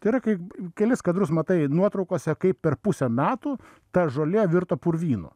tai yra kaip kelis kadrus matai nuotraukose kaip per pusę metų ta žolė virto purvynu